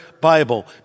Bible